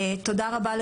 תודה רבה לכולכם,